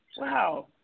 Wow